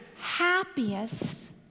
happiest